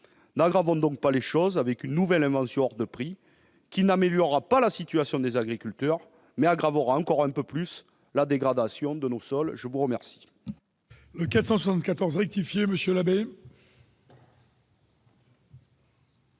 N'aggravons donc pas les choses avec une nouvelle invention hors de prix, qui n'améliorera pas la situation des agriculteurs, mais aggravera encore peu plus la dégradation de nos sols. La parole